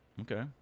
Okay